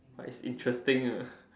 but it's interesting